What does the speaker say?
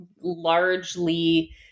largely